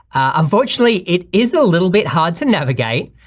unfortunately, it is a little bit hard to navigate,